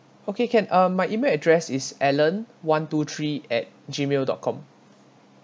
okay can uh my E-mail address is alan one two three at Gmail dot com